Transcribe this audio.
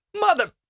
mother